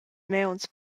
mauns